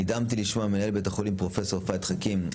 נדהמתי לשמוע ממנהל בית החולים, פרופ' פהד חכים,